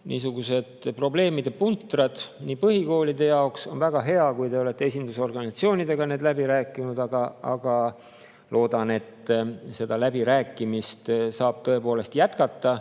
omad probleemipuntrad põhikoolide jaoks. On väga hea, kui te olete esindusorganisatsioonidega need läbi rääkinud, aga loodan, et seda läbirääkimist saab jätkata,